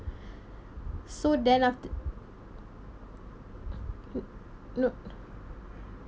so then after no